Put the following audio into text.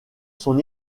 son